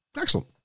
Excellent